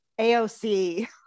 aoc